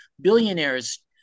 billionaires